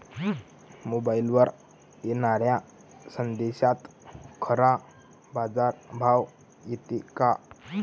मोबाईलवर येनाऱ्या संदेशात खरा बाजारभाव येते का?